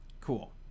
cool